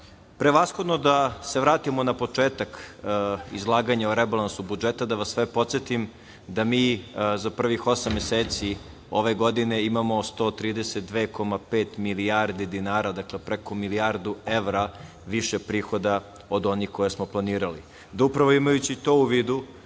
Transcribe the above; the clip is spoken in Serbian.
prevashodno da se vratimo na početak izlaganja o rebalansu budžeta i da vas sve podsetim da mi za prvih osam meseci imamo 132,5 milijardi dinara, preko milijardu evra, više prihoda od onih koje smo planirali. Upravo